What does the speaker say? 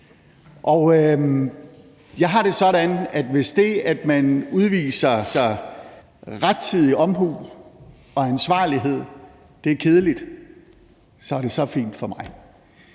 Jeg har det sådan, at hvis det, at man udviser rettidig omhu og ansvarlighed, er kedeligt, er det fint for mig,